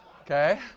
Okay